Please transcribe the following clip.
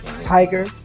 Tiger